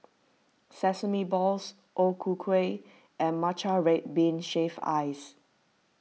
Sesame Balls O Ku Kueh and Matcha Red Bean Shaved Ice